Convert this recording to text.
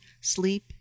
sleep